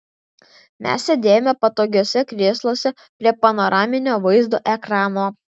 mes sėdėjome patogiuose krėsluose prie panoraminio vaizdo ekrano